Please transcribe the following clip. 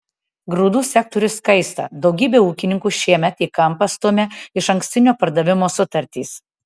grūdų sektorius kaista daugybę ūkininkų šiemet į kampą stumia išankstinio pardavimo sutartys